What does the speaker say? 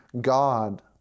God